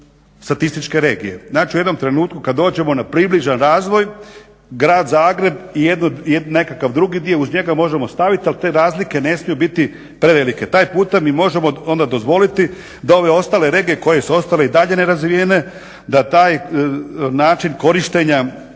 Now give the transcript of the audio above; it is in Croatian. u jednom trenutku kad dođemo na približan razvoj Grad Zagreb i nekakav drugi dio uz njega možemo staviti ali te razlike ne smiju biti prevelike. Taj puta mi možemo onda dozvoliti da ove ostale regije koje su ostale i dalje nerazvijene da taj način korištenja